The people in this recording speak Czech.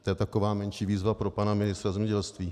To je taková menší výzva pro pana ministra zemědělství.